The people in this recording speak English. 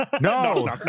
No